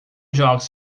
jogue